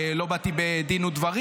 ולא באתי בדין ודברים.